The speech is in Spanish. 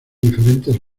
diferentes